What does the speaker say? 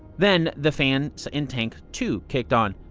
then the fans in tank two kicked on.